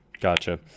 Gotcha